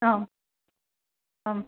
आम् आं